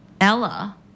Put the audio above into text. Ella